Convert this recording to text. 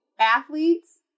athletes